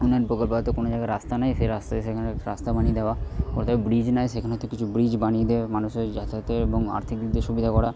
উন্নয়ন প্রকল্প হয়তো কোনো জায়গায় রাস্তা নেই সেই রাস্তায় সেখানে রাস্তা বানিয়ে দেওয়া কোথায় ব্রিজ নাই সেখানে তো কিছু ব্রিজ বানিয়ে দেওয়া মানুষের যাতায়াতের এবং আর্থিক দিক দিয়ে সুবিধা করা